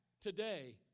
today